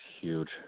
huge